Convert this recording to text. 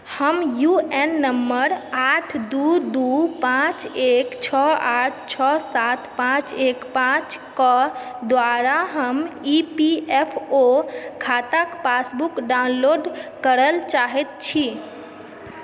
हम UAN number आठ दू दू पाँच एक छओ आठ छओ सात पाँच एक पाँचके द्वारा हम ई पी एफ ओ खाताके पासबुक डाउनलोड करऽ चाहै छी